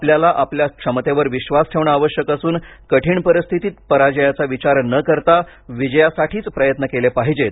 आपल्याला आपल्या क्षमतेवर विश्वास ठेवणं आवश्यक असून कठीण परिस्थितीत पराजयाचा विचार न करता विजयासाठीच प्रयत्न केले पाहिजेत